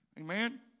Amen